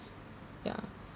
ya